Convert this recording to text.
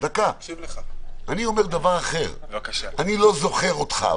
אני אומר דבר אחר: אני לא זוכר אותך,